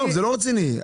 זה לא רציני.